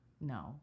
No